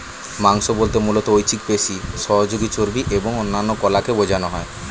মাংস বলতে মূলত ঐচ্ছিক পেশি, সহযোগী চর্বি এবং অন্যান্য কলাকে বোঝানো হয়